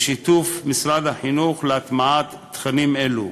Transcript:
בשיתוף משרד החינוך, להטמעת תכנים אלו.